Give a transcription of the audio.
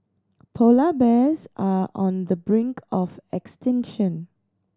polar bears are on the brink of extinction